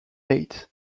date